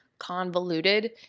convoluted